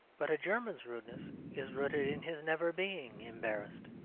but a german's rudeness is rooted in his never being embarrassed.